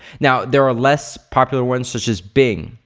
now, there are less popular ones such as bing,